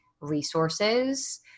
resources